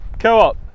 Co-op